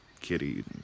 kitty